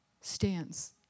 stands